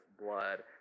blood